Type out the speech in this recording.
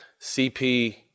CP